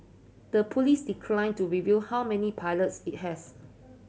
the police declined to reveal how many pilots it has